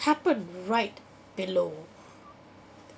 happened right below